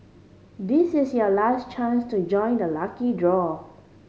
this is your last chance to join the lucky draw